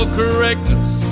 correctness